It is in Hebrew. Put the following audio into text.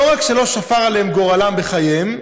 לא רק שלא שפר עליהם גורלם בחייהם,